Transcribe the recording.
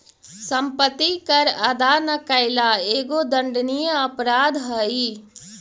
सम्पत्ति कर अदा न कैला एगो दण्डनीय अपराध हई